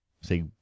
Say